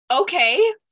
okay